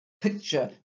picture